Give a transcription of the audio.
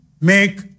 make